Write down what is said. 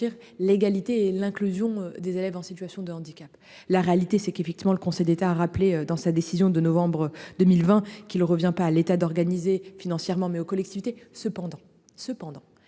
l'égalité et l'inclusion des élèves en situation de handicap. La réalité c'est qu'effectivement le Conseil d'État a rappelé dans sa décision de novembre 2020 qu'il revient pas à l'État d'organiser financièrement mais aux collectivités. Cependant, cependant,